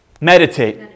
Meditate